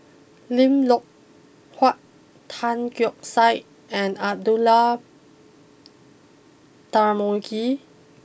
Lim Loh Huat Tan Keong Saik and Abdullah Tarmugi